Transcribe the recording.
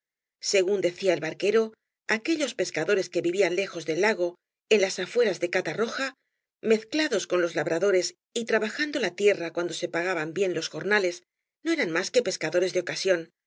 gún decía el barquero aquellos pescadores que vivían lejos del lago en las afueras de catarroja mez ciados con los labradores y trabajando la tierra cuando se pagaban bien los jornales no eran mas que pescadores de ocasión